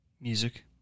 Music